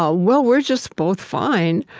ah well, we're just both fine,